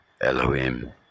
Elohim